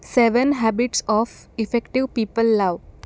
seven habits of effective people लाव